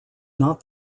not